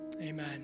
Amen